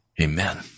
Amen